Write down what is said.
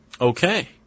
Okay